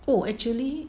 oh actually